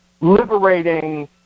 liberating